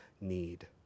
need